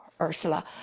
Ursula